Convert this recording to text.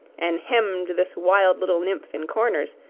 and hemmed this wild little nymph in corners,